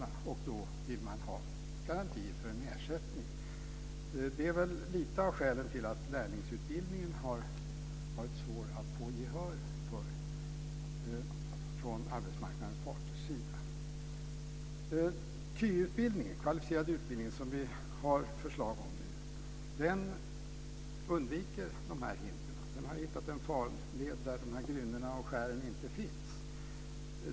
Då vill man ha garanti för en ersättning. Det är lite av skälen till att lärlingsutbildningen har varit svår att få gehör för från arbetsmarknadens parters sida. Med KY, kvalificerad yrkesutbildning, som vi har förslag om nu undviker man dessa hinder. Man har hittat en farled där de här grynnorna och skären inte finns.